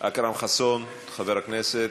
אכרם חסון, חבר הכנסת,